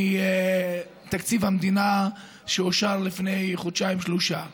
מתקציב המדינה שאושר לפני חודשיים-שלושה.